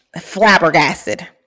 flabbergasted